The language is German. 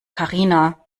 karina